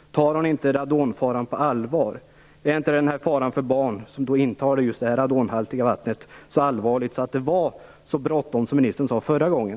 Tar hon inte radonfaran på allvar? Är inte faran för barn som intar radonhaltigt vatten så allvarlig att det är bråttom, som ministern sade förra gången?